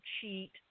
cheat